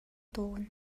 tawn